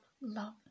love